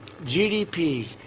gdp